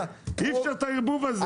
אי אפשר את הערבוב הזה.